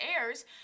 airs